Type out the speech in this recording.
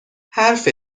حرف